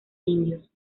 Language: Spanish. indios